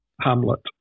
hamlet